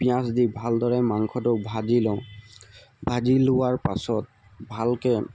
পিঁয়াজ দি ভালদৰে মাংসটো ভাজি লওঁ ভাজি লোৱাৰ পাছত ভালকৈ